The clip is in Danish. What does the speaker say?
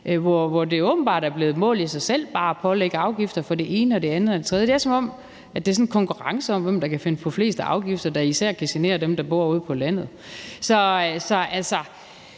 hvor det åbenbart er blevet et mål i sig selv bare at pålægge afgifter for det ene, det andet og det tredje. Det er, som om det er sådan en konkurrence om, hvem der kan finde på flest afgifter, der især kan genere dem, der bor ude på landet. Så tak